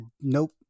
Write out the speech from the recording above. nope